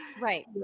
Right